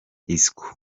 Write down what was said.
isco